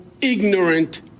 ignorant